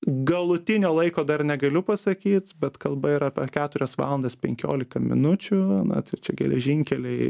galutinio laiko dar negaliu pasakyt bet kalba yra apie keturias valandas penkiolika minučių na tai čia geležinkeliai